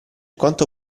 quanto